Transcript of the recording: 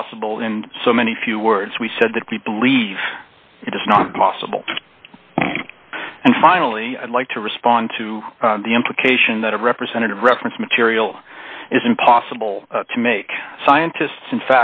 possible and so many few words we said that we believe it is not possible and finally i'd like to respond to the implication that a representative reference material isn't possible to make scientists in